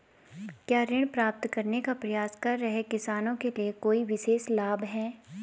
क्या ऋण प्राप्त करने का प्रयास कर रहे किसानों के लिए कोई विशेष लाभ हैं?